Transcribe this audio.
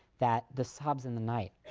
that the sobs in the night.